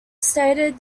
stated